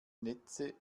netze